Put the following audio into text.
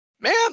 man